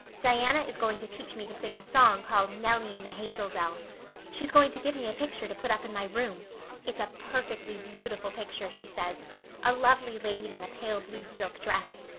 diana is going to teach me to sing a song called nelly in the hazel dell she's going to give me a picture to put up in my room it's a perfectly beautiful picture, she says a lovely lady in a pale blue silk dress.